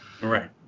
Right